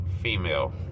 female